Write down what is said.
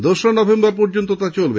দোসরা নভেম্বর পর্যন্ত তা চলবে